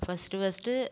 first first